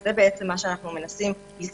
זה מה שאנחנו מנסים ליצור.